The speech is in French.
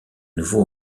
nouveau